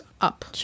up